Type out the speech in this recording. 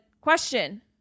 question